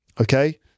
Okay